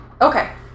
Okay